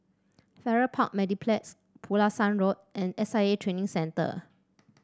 Farrer Park Mediplex Pulasan Road and S I A Training Centre